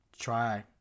Try